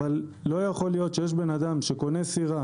אבל לא יכול להיות שיש בן אדם שקונה סירה,